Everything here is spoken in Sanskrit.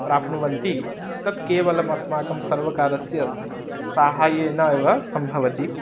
प्राप्नुवन्ति तत् केवलमस्माकं सर्वकारस्य साहायेन एव सम्भवति